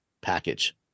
package